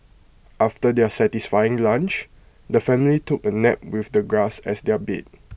after their satisfying lunch the family took A nap with the grass as their bed